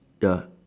ya